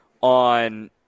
on